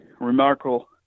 remarkable